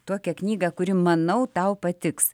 tokią knygą kuri manau tau patiks